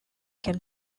can